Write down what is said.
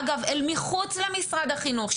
אגב אל מחוץ למשרד החינוך.